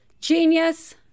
Genius